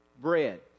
bread